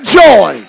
joy